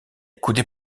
coups